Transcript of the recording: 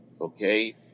Okay